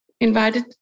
invited